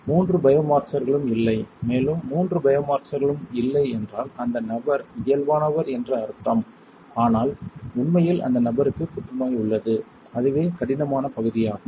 மூன்று பயோமார்க்ஸர்களும் இல்லை மேலும் மூன்று பயோமார்க்ஸர்களும் இல்லை என்றால் அந்த நபர் இயல்பானவர் என்று அர்த்தம் ஆனால் உண்மையில் அந்த நபருக்கு புற்றுநோய் உள்ளது அதுவே கடினமான பகுதியாகும்